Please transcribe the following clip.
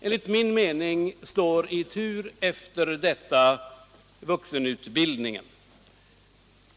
Enligt min mening står i tur efter detta vuxenutbildningen.